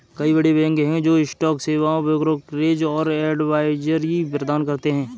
कई बड़े बैंक हैं जो स्टॉक सेवाएं, ब्रोकरेज और एडवाइजरी प्रदान करते हैं